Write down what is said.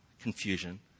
confusion